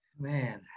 Man